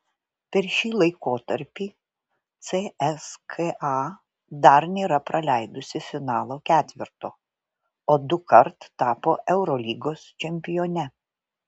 per šį laikotarpį cska dar nėra praleidusi finalo ketverto o dukart tapo eurolygos čempione